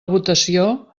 votació